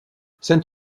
saint